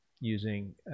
using